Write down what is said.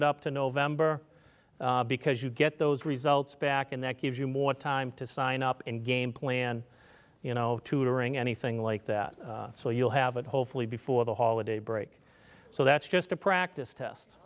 it up to november because you get those results back and that gives you more time to sign up and game plan you know tutoring anything like that so you'll have it hopefully before the holiday break so that's just a practice test